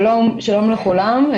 שלום לכולם,